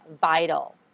vital